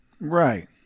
right